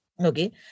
Okay